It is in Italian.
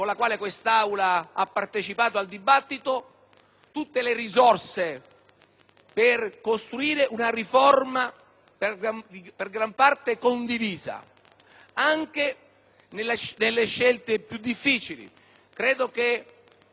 per costruire una riforma per gran parte condivisa, anche nelle scelte più difficili. Credo non si debba considerare un tabù il tema della separazione delle carriere,